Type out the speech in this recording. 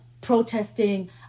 protesting